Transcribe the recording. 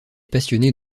passionnés